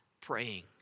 praying